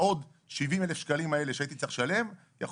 העוד 70 אלף שקלים האלה שהייתי צריך לשלם - יכול